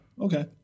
Okay